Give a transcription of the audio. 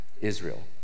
Israel